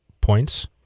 points